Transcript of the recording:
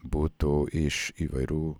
būtų iš įvairių